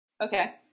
Okay